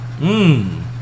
Mmm